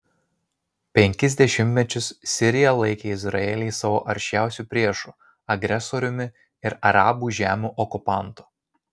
penkis dešimtmečius sirija laikė izraelį savo aršiausiu priešu agresoriumi ir arabų žemių okupantu